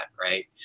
right